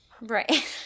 Right